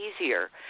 easier